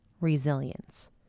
resilience